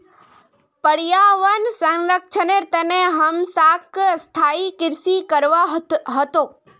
पर्यावन संरक्षनेर तने हमसाक स्थायी कृषि करवा ह तोक